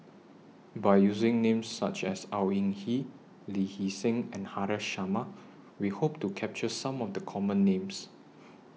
By using Names such as Au Yee Hing Lee Hee Seng and Haresh Sharma We Hope to capture Some of The Common Names